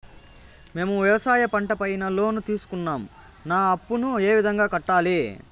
మేము వ్యవసాయ పంట పైన లోను తీసుకున్నాం నా అప్పును ఏ విధంగా కట్టాలి